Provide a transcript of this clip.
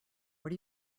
what